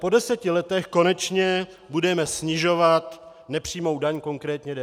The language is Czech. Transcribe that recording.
Po deseti letech konečně budeme snižovat nepřímou daň, konkrétně DPH.